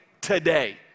today